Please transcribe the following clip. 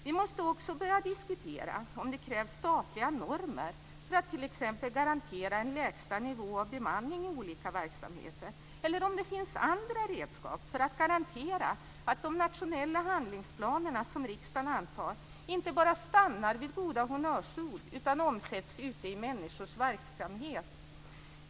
Vi måste också börja diskutera om det krävs statliga normer för att t.ex. garantera en lägsta nivå av bemanning i olika verksamheter, eller om det finns andra redskap för att garantera att de nationella handlingsplaner som riksdagen antar inte bara stannar vid goda honnörsord utan omsätts ute i människors verksamhet.